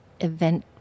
event